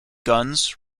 guns